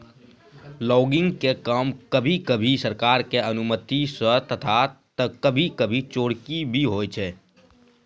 logging के काम कभी कभी सरकार के अनुमती सॅ तथा कभी कभी चोरकी भी होय छै